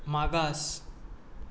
मागास